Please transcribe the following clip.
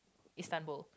Istanbul